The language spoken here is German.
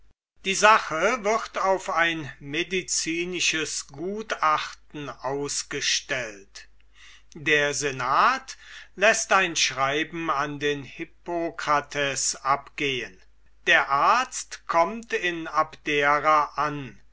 die sache wird auf ein medicinisches gutachten ausgestellt der senat läßt ein schreiben an den hippokrates abgehen der arzt kommt in abdera an